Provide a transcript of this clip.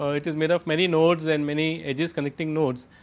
it is made of many nods and many edges collecting nodes.